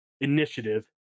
Initiative